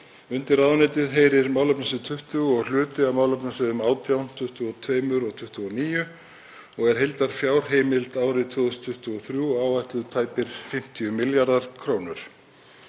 Undir ráðuneytið heyrir málefnasvið 20 og hluti af málefnasviðum 18, 22 og 29 og er heildarfjárheimild árið 2023 áætluð tæpir 50 milljarðar kr.